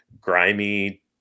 grimy